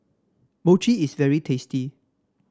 mochi is very tasty